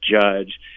judge